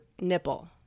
nipple